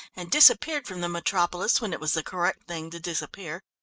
and disappeared from the metropolis when it was the correct thing to disappear,